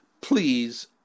please